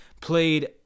played